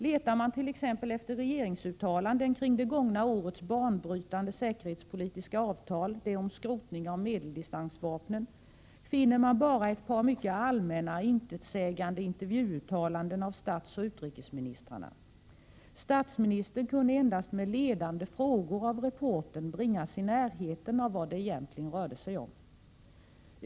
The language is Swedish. Letar man t.ex. efter regeringsuttalanden kring det gångna årets banbrytande säkerhetspolitiska avtal, det om skrotning av medeldistansvapnen, finner man bara ett par mycket allmänna, intetsägande intervjuuttalanden av statsoch utrikesministrarna. Statsministern kunde endast med ledande frågor av reportern bringas i närheten av vad det egentligen rörde sig om.